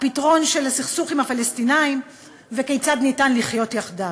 פתרון הסכסוך עם הפלסטינים וכיצד ניתן לחיות יחדיו.